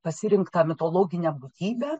pasirinktą mitologinę būtybę